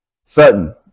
Sutton